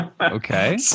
Okay